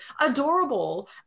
adorable